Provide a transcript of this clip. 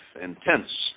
intense